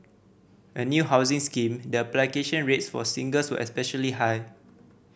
a new housing scheme the application rates for singles especially high